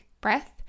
breath